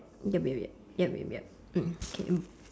yup yup yup yup yup yup mm okay mm